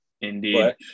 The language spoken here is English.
indeed